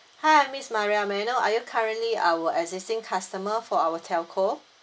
hi miss maria may I know are you currently our existing customer for our telco